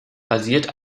basierte